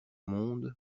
monde